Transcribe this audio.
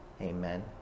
Amen